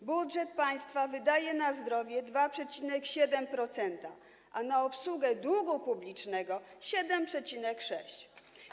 Z budżetu państwa wydaje się na zdrowie 2,7%, a na obsługę długu publicznego - 7,6%.